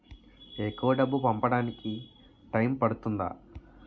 ఎక్కువ డబ్బు పంపడానికి టైం పడుతుందా?